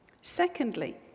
Secondly